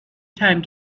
time